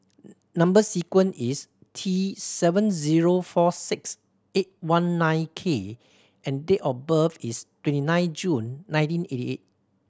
number sequence is T seven zero four six eight one nine K and date of birth is twenty nine June nineteen eighty eight